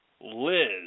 Liz